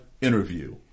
interview